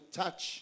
touch